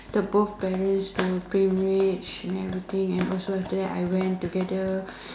the both parents to pre marriage and everything and also after that I went together